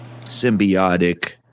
symbiotic